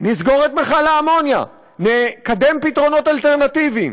נסגור את מכל האמוניה, נקדם פתרונות אלטרנטיביים.